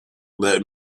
let